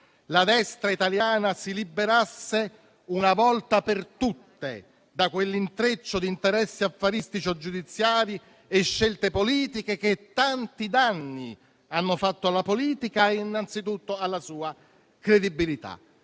la destra italiana si liberasse una volta per tutte da quell'intreccio di interessi affaristico-giudiziari e scelte politiche che tanti danni ha fatto alla politica e, innanzitutto, alla sua credibilità.